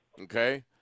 okay